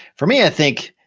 for me, i think,